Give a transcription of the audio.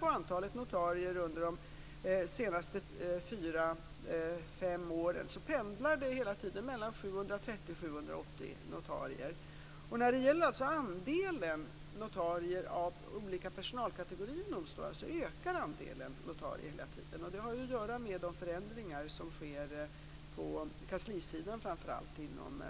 Antalet notarier under de senaste fyra fem åren har hela tiden pendlat mellan 730 och 780. Andelen notarier i olika personalkategorier inom domstolarna ökar hela tiden. Det har att göra med de förändringar som sker på framför allt kanslisidan